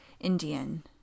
Indian